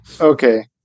okay